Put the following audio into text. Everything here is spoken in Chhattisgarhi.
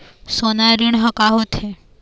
सोना ऋण हा का होते?